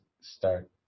start